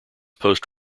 post